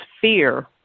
fear